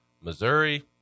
Missouri